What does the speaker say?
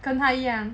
跟他一样